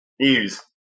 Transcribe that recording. News